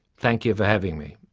thank you for having me.